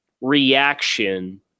reaction